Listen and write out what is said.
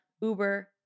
Uber